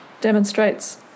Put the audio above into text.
demonstrates